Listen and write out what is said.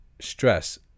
stress